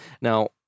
Now